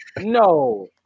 no